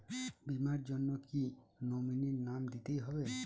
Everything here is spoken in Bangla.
বীমার জন্য কি নমিনীর নাম দিতেই হবে?